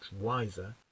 wiser